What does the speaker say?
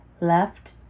left